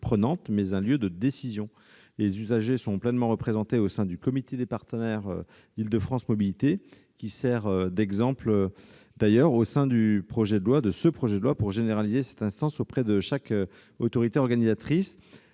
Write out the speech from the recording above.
prenantes, mais un lieu de décision. Les usagers sont pleinement représentés au sein du comité des partenaires d'Île-de-France Mobilités, qui sert d'ailleurs d'exemple dans le présent projet de loi pour généraliser cette instance auprès de chaque autorité organisatrice.